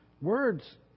words